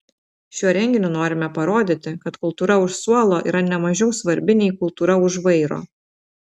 šiuo renginiu norime parodyti kad kultūra už suolo yra ne mažiau svarbi nei kultūra už vairo